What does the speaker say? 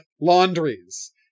laundries